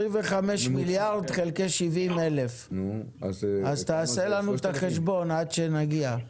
25 מיליארד חלקי 70,000. אז תעשה לנו את החשבון עד שנגיע.